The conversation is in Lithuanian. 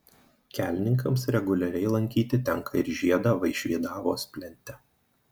kelininkams reguliariai lankyti tenka ir žiedą vaišvydavos plente